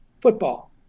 football